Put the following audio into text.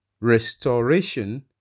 restoration